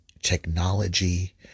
technology